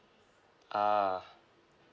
a'ah